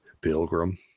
Pilgrim